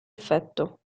effetto